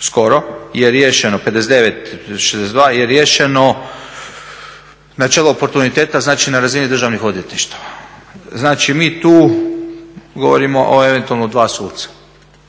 skoro je riješeno načelo oportuniteta, znači na razini državnih odvjetništava. Znači mi tu govorimo o eventualno dva suca.